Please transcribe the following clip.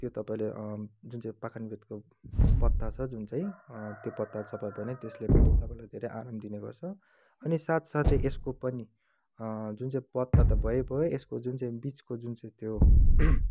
त्यो तपाईँले जुन चाहिँ पाखनबेतको पता छ जुन चाहिँ त्यो पता चपायो भने त्यसले पनि तपाईँलाई धेरै आराम दिने गर्छ अनि साथसाथै यसको पनि जुन चाहिँ पता त भयो भयो यसको जुन चाहिँ बिचको जुन चाहिँ त्यो